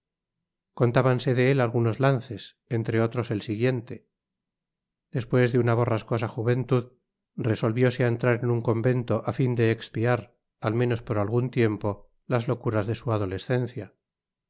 contábanse de él algunos lances entre otros el siguiente despues de una borrascosa juventud resolvióse á entrar en un convento á fin de espiar al menos por algun tiempo las locuras de su adolescencia